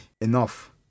enough